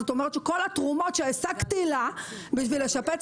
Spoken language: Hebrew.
זאת אומרת שכל התרומות שהשגתי לה כדי לשפץ